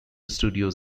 studios